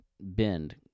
bend